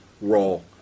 role